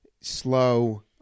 slow